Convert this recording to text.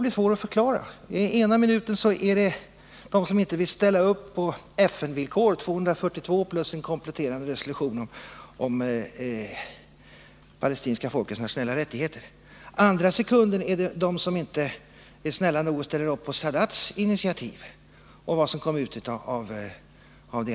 I den ena minuten talar utrikesministern om dem som inte vill ställa upp på FN-villkoren i säkerhetsrådets resolution 242 plus en kompletterande resolution om det palestinska folkets nationella rättigheter. I den andra handlar det om dem som inte är snälla nog att ställa Nr 31 upp på Sadats initiativ och ramavtalet som kom ut av det.